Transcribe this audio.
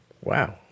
Wow